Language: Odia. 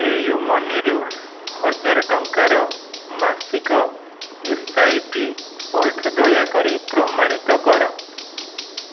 ପେୟୁ ମନିରୁ ହଜାରେ ଟଙ୍କାର ମାସିକ ଏସ୍ ଆଇ ପି ପଇଠ ଦୟାକରି ପ୍ରମାଣିତ କର